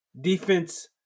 defense